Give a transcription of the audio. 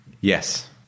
Yes